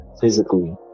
physically